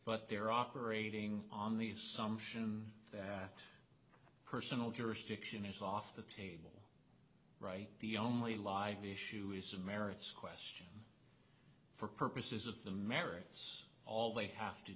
but they're operating on these sumption their personal jurisdiction is off the table right the only live issue is a merits question for purposes of the merits all they have to